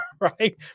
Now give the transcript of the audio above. right